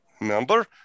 remember